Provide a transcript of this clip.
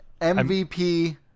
mvp